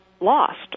lost